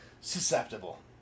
susceptible